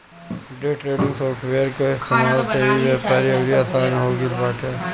day trading software कअ इस्तेमाल से इ व्यापार अउरी आसन हो गिल बाटे